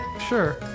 Sure